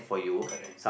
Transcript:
correct